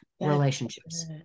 relationships